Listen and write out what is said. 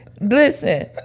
listen